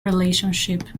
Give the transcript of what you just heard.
relationship